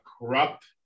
corrupt